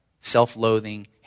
self-loathing